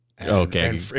Okay